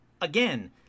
again